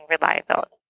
reliability